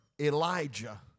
Elijah